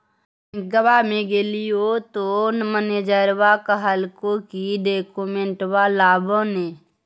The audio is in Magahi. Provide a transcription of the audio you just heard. बैंकवा मे गेलिओ तौ मैनेजरवा कहलको कि डोकमेनटवा लाव ने?